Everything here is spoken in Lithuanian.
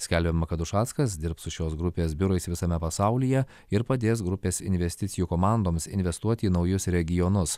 skelbiama kad ušackas dirbs su šios grupės biurais visame pasaulyje ir padės grupės investicijų komandoms investuoti į naujus regionus